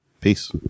peace